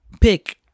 pick